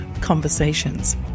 conversations